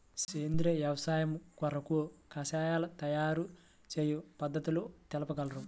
సేంద్రియ వ్యవసాయము కొరకు కషాయాల తయారు చేయు పద్ధతులు తెలుపగలరు?